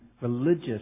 religious